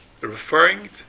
referring